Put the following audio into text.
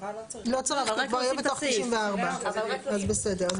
לא צריך, כי כבר יהיה בתוך 94. אז בסדר.